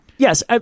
Yes